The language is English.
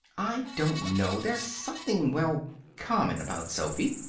i don't know. there's something well common about sophy,